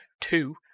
Two